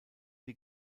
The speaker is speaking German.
die